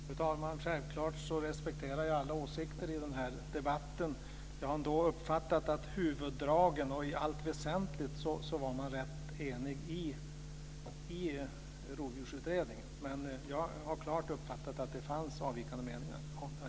Fru talman! Jag respekterar självklart alla åsikter i debatten. Jag har ändå uppfattat att i huvuddragen och i allt väsentligt var man rätt enig i Rovdjursutredningen. Men jag har klart uppfattat att det fanns avvikande meningar.